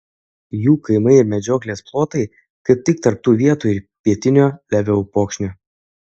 jų kaimai ir medžioklės plotai kaip tik tarp tų vietų ir pietinio levio upokšnio